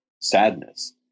sadness